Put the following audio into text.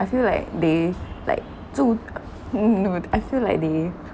I feel like they like zhu n~ no I feel like they